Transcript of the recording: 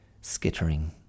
skittering